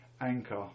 Anchor